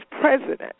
president